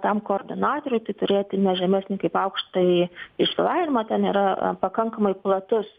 tam koordinatoriui tai turėti ne žemesnį kaip aukštąjį išsilavinimą ten yra pakankamai platus